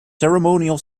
ceremonial